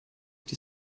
die